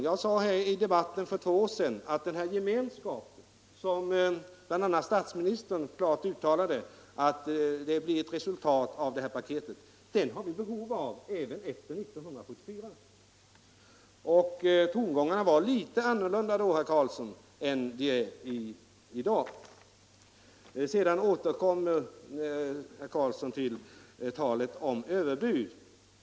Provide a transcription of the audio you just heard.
Jag sade i debatten för två år sedan, herr Karlsson, att den gemenskap som =— det uttalade bl.a. statsministern klart — blir ett resultat av det här paketet har vi behov av även efter 1974. Och tongångarna var litet annorlunda vid det tillfället, herr Karlsson, än de är i dag. Herr Karlsson återkommer till talet om överbud.